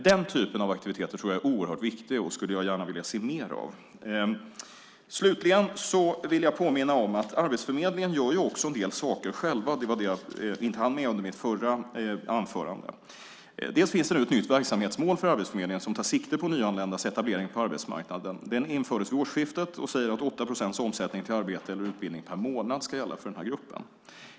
Den typen av aktiviteter är viktig, och den skulle jag vilja se mer av. Slutligen vill jag påminna om att Arbetsförmedlingen också gör en del saker själva. Det var det jag inte hann med under mitt förra anförande. Dels finns det ett nytt verksamhetsmål för Arbetsförmedlingen som tar sikte på nyanländas etablering på arbetsmarknaden. Det infördes vid årsskiftet och säger att 8 procents omsättning till arbete eller utbildning per månad ska gälla för denna grupp.